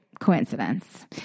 coincidence